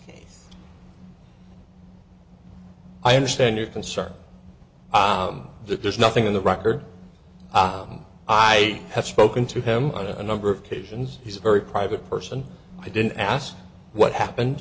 case i understand your concern that there's nothing in the record i have spoken to him on a number of occasions he's a very private person i didn't ask what happened